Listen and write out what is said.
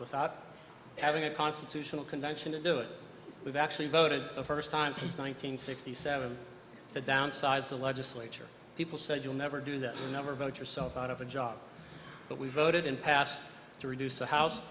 without having a constitutional convention to do it we've actually voted the first time since one nine hundred sixty seven to downsize the legislature people said you'll never do that and never vote yourself out of a job but we voted in past to reduce the house